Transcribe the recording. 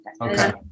okay